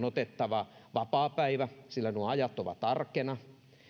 otettava vapaapäivä sillä nuo ajat ovat arkena